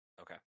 Okay